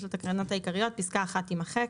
8. בתקנה 26 לתקנות העיקריות, פסקה (1) תימחק.